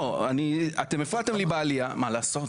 לא, אני, אתם הפרעתם לי בעלייה, מה לעשות?